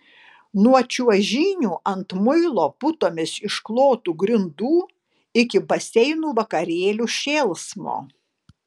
nuo čiuožynių ant muilo putomis išklotų grindų iki baseinų vakarėlių šėlsmo